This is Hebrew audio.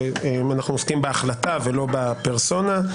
אנחנו עוסקים בהחלטה ולא בפרסונה.